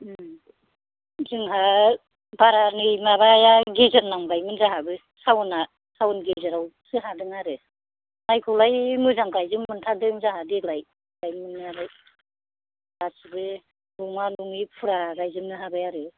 जोंहा बारा नै माबाया गेजेर नांबायमोन जोहाबो सावना सावन गेजेराव सो हादों आरो माइखौलाय मोजां गायजोबनो मोनथारदों जोहा देग्लाय गायनो मोन्नायालाय गासिबो लङा लङि फुरा गायजोबनो हाबाय आरो